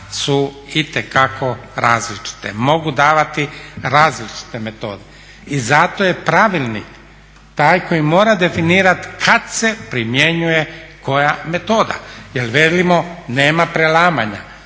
su itekako različite. Mogu davati različite metode i zato je pravilnik taj koji mora definirati kad se primjenjuje koja metoda, jel veliko nema prelamanja,